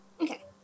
Okay